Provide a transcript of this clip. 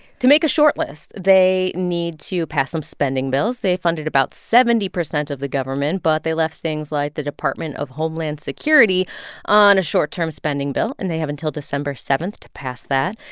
to make a short list, they need to pass some spending bills. they funded about seventy percent of the government, but they left things like the department of homeland security on a short-term spending bill. and they have until december seventh to pass that.